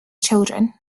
children